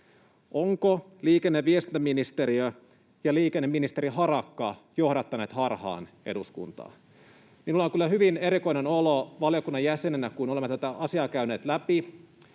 ovatko liikenne- ja viestintäministeriö ja liikenneministeri Harakka johdattaneet harhaan eduskuntaa. Minulla on kyllä hyvin erikoinen olo valiokunnan jäsenenä, kun olemme tätä asiaa käyneet läpi,